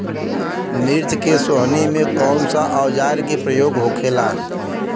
मिर्च के सोहनी में कौन सा औजार के प्रयोग होखेला?